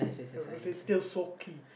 not still soaky